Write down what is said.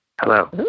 Hello